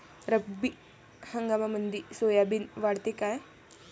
रब्बी हंगामामंदी सोयाबीन वाढते काय?